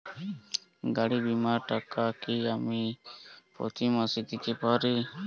গাড়ী বীমার টাকা কি আমি প্রতি মাসে দিতে পারি?